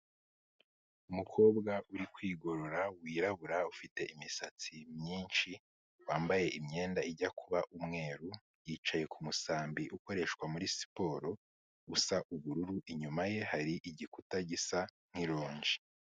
Umukobwa uri kwigorora wirabura ufite imisatsi myinshi, wambaye imyenda ijya kuba umweru, yicaye ku musambi ukoreshwa muri siporo usa ubururu, inyuma ye hari igikuta gisa nk'ironji.